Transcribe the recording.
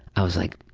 i was like,